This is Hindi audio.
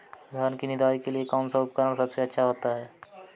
धान की निदाई के लिए कौन सा उपकरण सबसे अच्छा होता है?